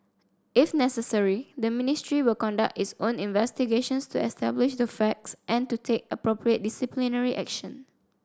if necessary the Ministry will conduct its own investigations to establish the facts and to take appropriate disciplinary action